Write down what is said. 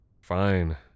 Fine